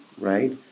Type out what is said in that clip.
right